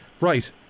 Right